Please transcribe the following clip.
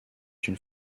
d’une